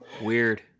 Weird